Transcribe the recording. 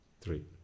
Three